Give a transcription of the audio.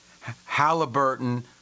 Halliburton